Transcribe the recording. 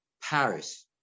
Paris